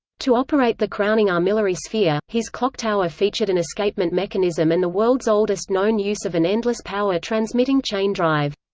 to operate the crowning armillary sphere, his clocktower featured an escapement mechanism and the world's oldest known use of an endless power-transmitting chain drive.